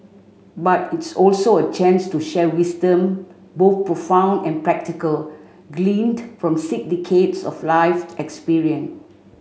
but it's also a chance to share wisdom both profound and practical gleaned from six decades of lived experience